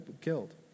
killed